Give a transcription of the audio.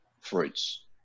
fruits